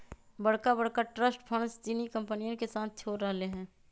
बड़का बड़का trust funds चीनी कंपनियन के साथ छोड़ रहले है